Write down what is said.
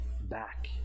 back